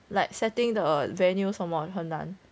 like setting the venues 什么很难